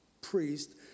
priest